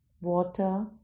water